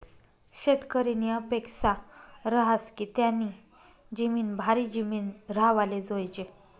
शेतकरीनी अपेक्सा रहास की त्यानी जिमीन भारी जिमीन राव्हाले जोयजे